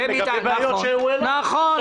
נכון.